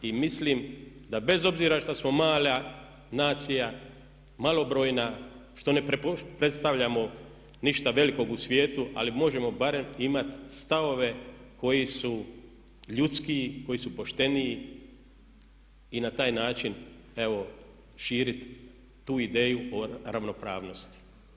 I mislim da bez obzira što smo mala nacija, malobrojna što ne predstavljamo ništa velikog u svijetu ali možemo barem imati stavove koji su ljudskiji, koji su pošteniji i na taj način evo širiti tu ideju o ravnopravnosti.